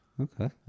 Okay